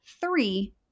three